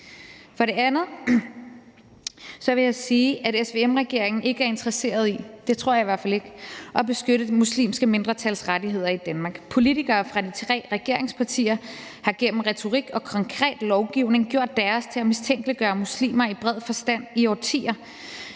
i – det tror jeg i hvert fald ikke – at beskytte det muslimske mindretals rettigheder i Danmark. Politikere fra de tre regeringspartier har gennem retorik og konkret lovgivning gjort deres for at mistænkeliggøre muslimer i bred forstand i årtier.